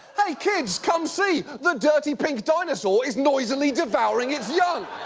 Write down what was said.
hey kids, come see! the dirty pink dinosaur is noisily devouring its young!